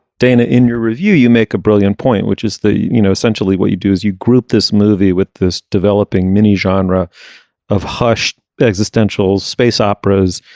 dana in your review you make a brilliant point which is you know essentially what you do is you group this movie with this developing mini genre of hushed existential space operas